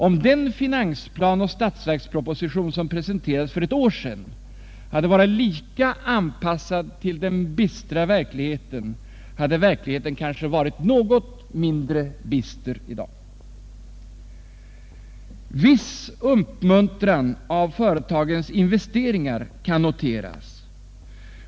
Om den finansplan och statsverksproposition som presenterades för ctt år sedan varit lika anpassade till den bistra verkligheten, hade verkligheten kanske varit något mindre bister i dag. Viss uppmuntran av företagens investeringar kan noteras.